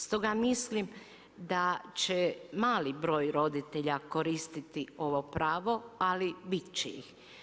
Stoga mislim da će mali broj roditelja koristiti ovo pravo, ali bit će ih.